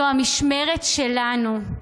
זו המשמרת שלנו,